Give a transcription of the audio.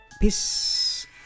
Peace